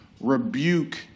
rebuke